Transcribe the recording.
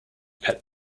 pet